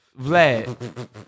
vlad